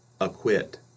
acquit